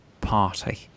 party